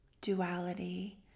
duality